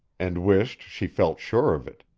and wished she felt sure of it.